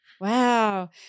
Wow